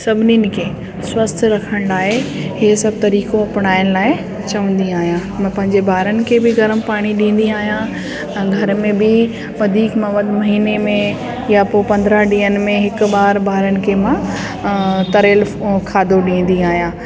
सभिनीनि खे स्वस्थ रखण लाइ इहे सभु तरीक़ो अपनाइण लाइ चवंदी आहियां मां पंहिंजे ॿारनि खे बि गर्मु पाणी ॾींदी आहियां ऐं घर में बि वधीक नवनि महीने में या पोइ पंद्रहं ॾींहनि में हिकु बार ॿारनि खे मां तरियलु खाधो ॾींदी आहियां